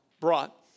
brought